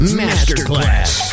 masterclass